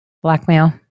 Blackmail